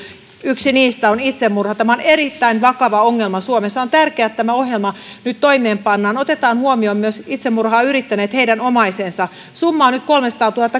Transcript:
on itsemurha tämä on erittäin vakava ongelma suomessa ja on tärkeää että tämä ohjelma nyt toimeenpannaan ja otetaan huomioon myös itsemurhaa yrittäneet heidän omaisensa summa on nyt kolmannensadannentuhannennen